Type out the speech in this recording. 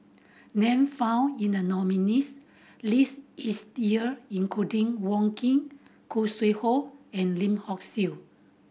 name found in the nominees' list is year including Wong Keen Khoo Sui Hoe and Lim Hock Siew